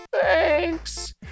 Thanks